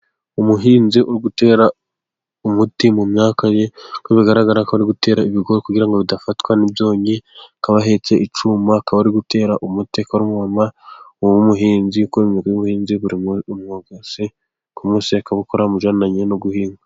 Umuhinzi uri gutera umuti mu myaka ye ,uko bigaragara ko ari gutera ibigori kugira bidafatwa n'ibyonnyi, akaba ahetse icyuma akaba ari gutera umuti akaba ari umumama wumuhinzi ,ukora imirimo y'ubuhinzi buri munsi ,umwuga akora mubijyanye no guhinga.